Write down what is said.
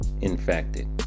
infected